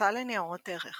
הבורסה לניירות ערך